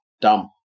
dumb